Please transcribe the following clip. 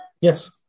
Yes